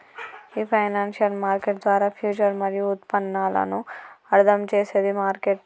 ఈ financial market ద్వారా future మరియు ఉత్పన్నాలను అర్థం చేసేది మార్కెట్